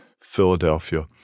Philadelphia